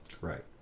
Right